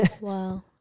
Wow